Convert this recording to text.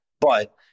But-